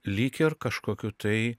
lyg ir kažkokių tai